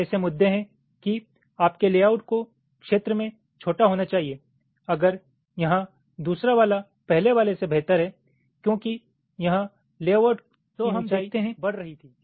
तो ऐसे मुद्दे हैं कि आपके लेआउट को क्षेत्र में छोटा होना चाहिए अगर यहाँ दूसरा वाला पहले वाले से बेहतर है क्योंकि यहां लेआउट की ऊंचाई बड़ी हो रही थी